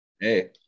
Hey